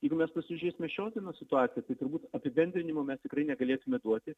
jeigu mes pasižiūrėsime šios dienos situaciją tai turbūt apibendrinimo mes tikrai negalėtume duoti